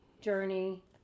Journey